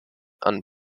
and